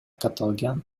катталган